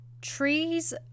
trees